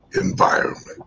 environment